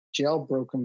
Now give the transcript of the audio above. jailbroken